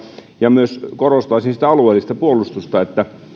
ja myös korostaisin alueellista puolustusta